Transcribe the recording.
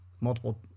multiple